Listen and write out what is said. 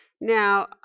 Now